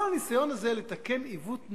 כל הניסיון הזה לתקן עיוות,